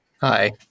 Hi